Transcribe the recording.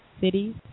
cities